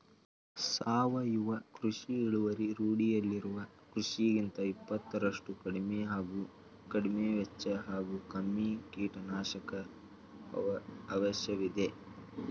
ಸಾವಯವ ಕೃಷಿ ಇಳುವರಿ ರೂಢಿಯಲ್ಲಿರುವ ಕೃಷಿಗಿಂತ ಇಪ್ಪತ್ತರಷ್ಟು ಕಡಿಮೆ ಹಾಗೂ ಕಡಿಮೆವೆಚ್ಚ ಹಾಗೂ ಕಮ್ಮಿ ಕೀಟನಾಶಕ ಅವಶ್ಯವಿದೆ